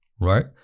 right